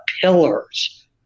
pillars